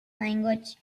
language